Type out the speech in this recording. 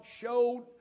showed